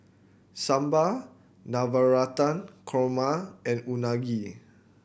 Sambar Navratan Korma and Unagi